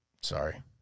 Sorry